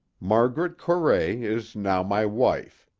margaret corray is now my wife.